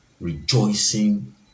rejoicing